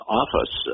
office